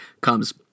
comes